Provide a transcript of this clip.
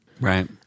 Right